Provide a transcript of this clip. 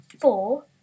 four